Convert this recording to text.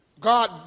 God